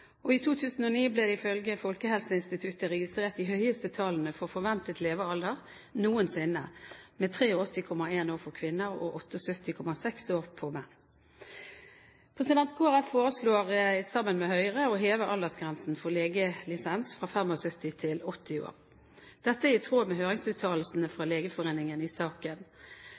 for kvinner og 78,6 år for menn. Kristelig Folkeparti foreslår, sammen med Høyre, å heve aldergrensen for legelisens fra 75 til 80 år. Dette er i tråd med høringsuttalelsen fra Legeforeningen i saken.